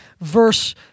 verse